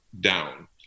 down